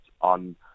on